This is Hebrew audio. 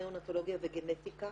נאונטולוגיה וגנטיקה